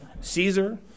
Caesar